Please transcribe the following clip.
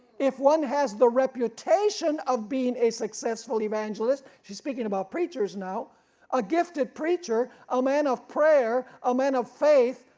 if one has the reputation of being a successful evangelist, she is speaking about preachers now a gifted preacher, a man of prayer, a man of faith,